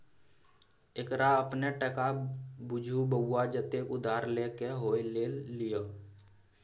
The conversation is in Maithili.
एकरा अपने टका बुझु बौआ जतेक उधार लए क होए ल लिअ